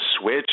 switch